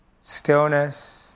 stillness